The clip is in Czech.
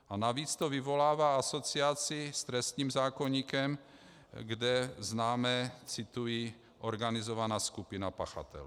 A navíc to vyvolává asociaci s trestním zákoníkem, kde známe cituji: organizovaná skupina pachatelů.